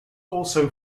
also